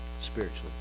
spiritually